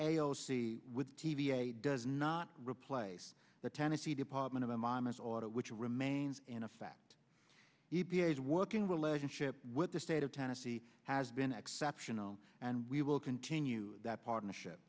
c with t v a does not replace the tennessee department of environment order which remains in effect e p a s working relationship with the state of tennessee has been exceptional and we will continue that partnership